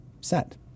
set